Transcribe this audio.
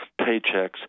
paychecks